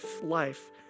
life